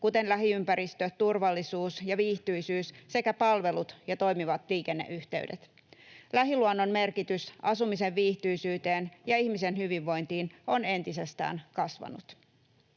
kuten lähiympäristö, turvallisuus ja viihtyisyys sekä palvelut ja toimivat liikenneyhteydet. Lähiluonnon merkitys asumisen viihtyisyyteen ja ihmisen hyvinvointiin on entisestään kasvanut.